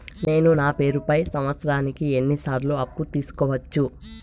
నేను నా పేరుపై సంవత్సరానికి ఎన్ని సార్లు అప్పు తీసుకోవచ్చు?